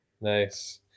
Nice